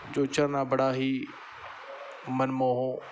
ਜੋ ਝਰਨਾ ਬੜਾ ਹੀ ਮਨਮੋਹ